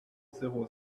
zéro